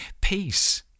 peace